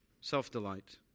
self-delight